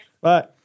Bye